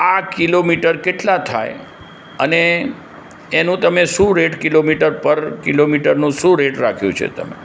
આ કિલોમીટર કેટલા થાય અને એનું તમે શું રેટ કિલોમીટર પર કિલોમીટરનું શું રેટ રાખ્યું છે તમે